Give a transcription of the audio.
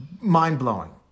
Mind-blowing